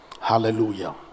Hallelujah